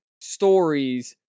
stories